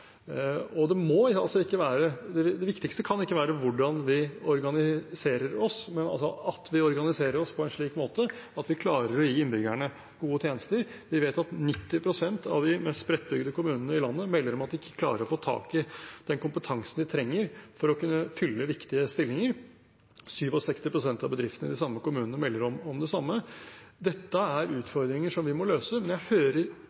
Det viktigste kan ikke være hvordan vi organiserer oss, men at vi organiserer oss på en slik måte at vi klarer å gi innbyggerne gode tjenester. Vi vet at 90 pst. av de mest spredtbygde kommunene i landet melder om at de ikke klarer å få tak i den kompetansen de trenger for å kunne fylle viktige stillinger. 67 pst. av bedriftene i de samme kommunene melder om det samme. Dette er utfordringer som vi må løse. Men jeg hører